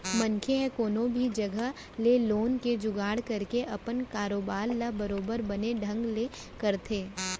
मनसे ह कोनो भी जघा ले लोन के जुगाड़ करके अपन कारोबार ल बरोबर बने ढंग ले करथे